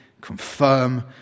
confirm